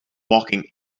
walking